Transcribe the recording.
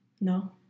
No